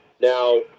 now